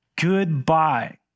Goodbye